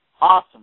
awesome